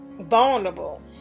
vulnerable